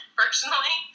personally